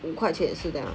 五块钱也是对吗